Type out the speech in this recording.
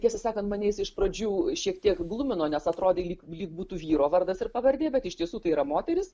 tiesą sakant mane jis iš pradžių šiek tiek glumino nes atrodė lyg lyg būtų vyro vardas ir pavardė bet iš tiesų tai yra moteris